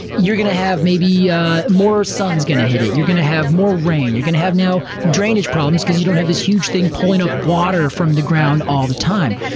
you're gonna have, maybe ah more sun's gonna hit it, you're gonna have more rain, you're gonna have now drainage problems, cause you don't have this huge thing pulling up water from the ground all the time.